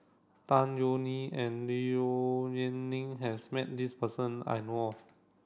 Tan Yeok Nee and Low Yen Ling has met this person I know of